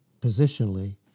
positionally